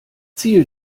ziel